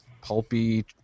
pulpy